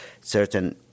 certain